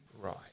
Right